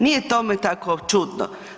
Nije tome tako čudno.